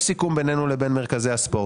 יש סיכום בינינו לבין מרכזי הספורט.